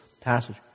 passage